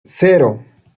cero